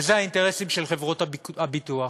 וזה האינטרסים של חברות הביטוח.